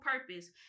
purpose